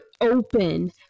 open